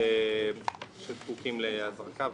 שזקוקים להזרקה.